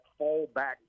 fallback